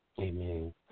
Amen